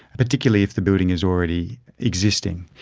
particularly if the building is already existing.